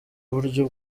uburyo